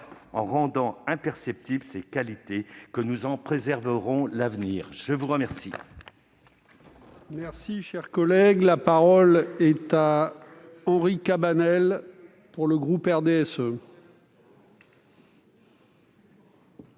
en rendant imperceptibles ses qualités que nous en préserverons l'avenir ! La parole